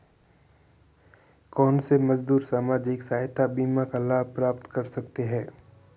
कौनसे मजदूर सामाजिक सहायता बीमा का लाभ प्राप्त कर सकते हैं?